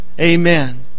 Amen